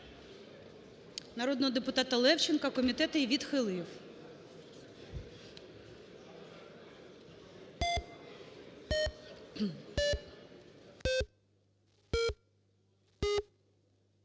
народного депутата Левченка. Комітет її відхилив.